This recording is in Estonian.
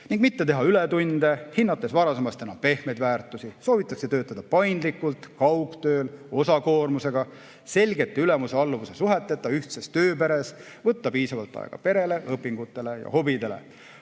ning mitte teha ületunde, hinnates varasemast enam pehmeid väärtusi. Soovitakse töötada paindlikult, kaugtööl, osakoormusega, selgete ülemuse-alluva suheteta ühtses tööperes, võtta piisavalt aega perele, õpingutele ja hobidele.